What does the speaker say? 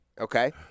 Okay